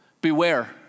Beware